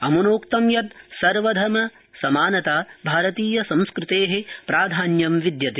अमुनोक्त यत् सर्वधर्मसमानता भारतीयसंस्कृते प्राधान्यं विद्यते